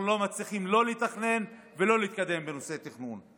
אנחנו לא מצליחים לתכנן ולא להתקדם בנושא תכנון.